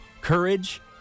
courage